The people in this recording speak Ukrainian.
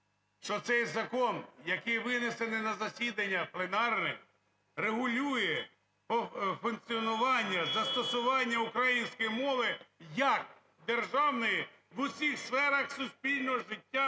Що цей закон, який винесений на засідання пленарне регулює функціонування застосування української мови як державної в усіх сферах суспільного життя